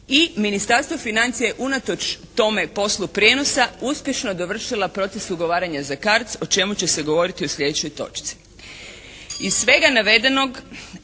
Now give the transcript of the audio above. i Ministarstvo financija je unatoč tome poslu prijenosa uspješno dovršila proces ugovaranja za CARDS o čemu će se govoriti u slijedećoj točci. Iz svega navedenog